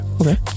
okay